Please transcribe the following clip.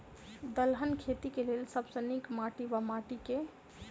दलहन खेती केँ लेल सब सऽ नीक माटि वा माटि केँ?